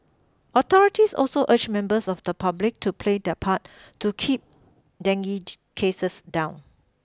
authorities also urged members of the public to play their part to keep dengue cases down